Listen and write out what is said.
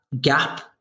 gap